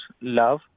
love